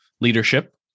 leadership